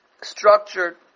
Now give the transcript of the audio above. structured